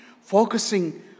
Focusing